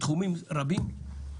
בתחומים רבים?